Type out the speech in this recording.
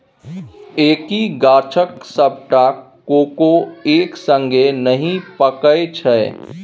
एक्कहि गाछक सबटा कोको एक संगे नहि पाकय छै